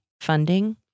funding